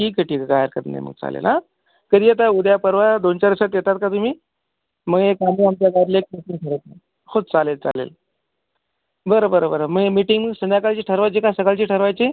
ठीक आहे ठीक आहे काही हरकत नाही मग चालेल हा कधी येता उद्या परवा दोन चार दिवसात येताल का तुम्ही मग एक आम्ही आमच्या डागल्यात मीटिंग करू हो चालेल चालेल बरं बरं बरं मी मिटिंग संध्याकाळची ठरवायची का सकाळची ठरवायची